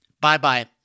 Bye-bye